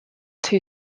two